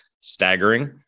staggering